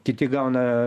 kiti gauna